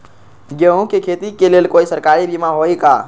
गेंहू के खेती के लेल कोइ सरकारी बीमा होईअ का?